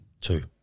Two